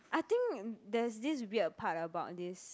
I think there's this weird part about this